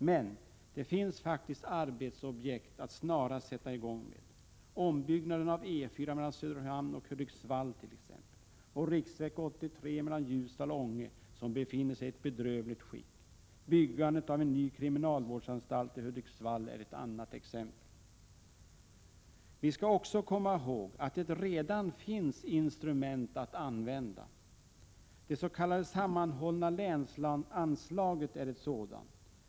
Men -— det finns faktiskt arbetsobjekt att snarast sätta i gång med, exempelvis ombyggnad av E4 mellan Söderhamn och Hudiksvall och riksväg 83 mellan Ljusdal och Ånge, som befinner sig i ett bedrövligt skick. Byggandet av en ny kriminalvårdsanstalt i Hudiksvall är ett annat exempel. Vi skall också komma ihåg att det redan finns instrument att använda. Det s.k. sammanhållna länsanslaget är ett sådant.